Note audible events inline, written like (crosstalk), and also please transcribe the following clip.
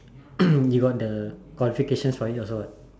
(coughs) you got the qualification for it also [what]